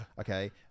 okay